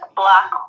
black